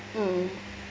mm